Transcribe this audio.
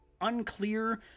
unclear